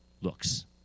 looks